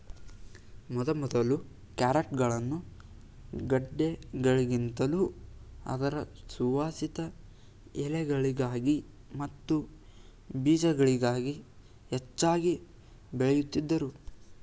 ಮೊದಮೊದಲು ಕ್ಯಾರೆಟ್ಗಳನ್ನು ಗೆಡ್ಡೆಗಳಿಗಿಂತಲೂ ಅದರ ಸುವಾಸಿತ ಎಲೆಗಳಿಗಾಗಿ ಮತ್ತು ಬೀಜಗಳಿಗಾಗಿ ಹೆಚ್ಚಾಗಿ ಬೆಳೆಯುತ್ತಿದ್ದರು